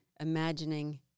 imagining